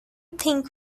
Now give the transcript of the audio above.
think